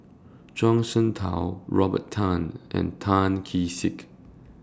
Zhuang Shengtao Robert Tan and Tan Kee Sek